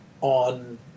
on